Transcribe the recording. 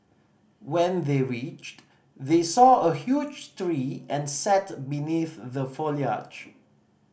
when they reached they saw a huge tree and sat beneath the foliage